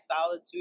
solitude